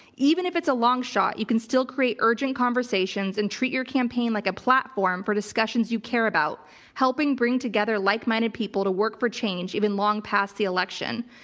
even if it's a long shot, you can still create urgent conversations and treat your campaign like a platform for discussions you care about helping bring together like minded people to work for change even long past the election.